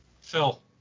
Phil